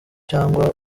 cyangwa